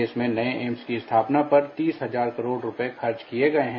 देश में नए एम्स की स्थापना पर तीस हजार करोड़ रूपए खर्च किए गए हैं